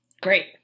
Great